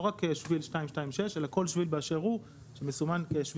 לא רק שביל 226 אלא כל שביל באשר הוא שמסומן כשביל